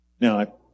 Now